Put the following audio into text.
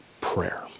prayer